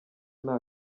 nta